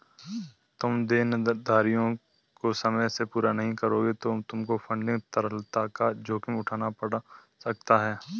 तुम देनदारियों को समय से पूरा नहीं करोगे तो तुमको फंडिंग तरलता का जोखिम उठाना पड़ सकता है